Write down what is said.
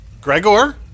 Gregor